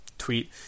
tweet